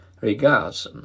Regards